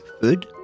food